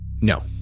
No